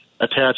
attach